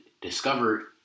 discovered